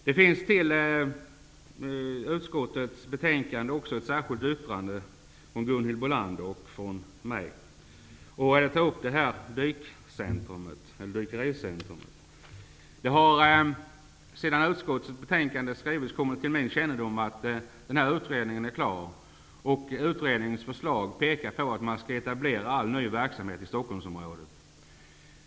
Det har till utskottets betänkande fogats ett särskilt yttrande från Gunhild Bolander och mig själv. Där tas frågan om ett dykericentrum upp. Det har sedan utskottets betänkande skrevs kommit till min kännedom att utredningen är klar. Utredningens förslag innebär att all ny verksamhet skall etableras i Stockholmsområdet.